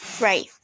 Right